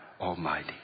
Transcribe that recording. almighty